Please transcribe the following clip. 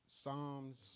Psalms